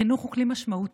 חינוך הוא כלי משמעותי,